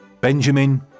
Benjamin